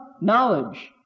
knowledge